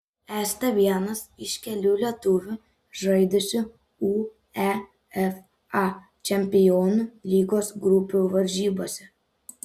esate vienas iš kelių lietuvių žaidusių uefa čempionų lygos grupių varžybose